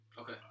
Okay